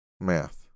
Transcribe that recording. Math